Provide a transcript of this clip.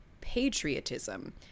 patriotism